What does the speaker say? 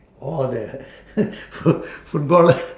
all the foot~ footballer